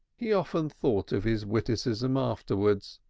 he often thought of his witticism afterwards,